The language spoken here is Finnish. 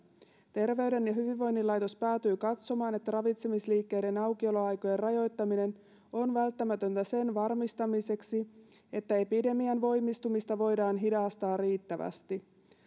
terveyden ja hyvinvoinnin laitos päätyi katsomaan että ravitsemisliikkeiden aukioloaikojen rajoittaminen on välttämätöntä sen varmistamiseksi että epidemian voimistumista voidaan hidastaa riittävästi